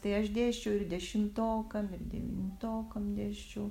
tai aš dėsčiau ir dešimtokam ir devintokam dėsčiau